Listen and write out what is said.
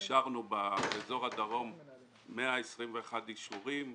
אישרנו באזור הדרום 121 אישורים,